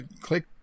click